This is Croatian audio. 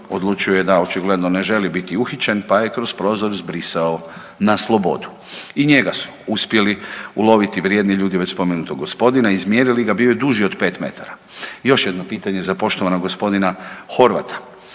odlučio je da očigledno ne želi biti uhićen pa je kroz prozor zbrisao na slobodu. I njega su uspjeli uloviti vrijedni ljudi već spomenutog gospodina, izmjerili ga, bio je duži od 5 metara. Još jedno pitanje za poštovanog gospodina Horvata.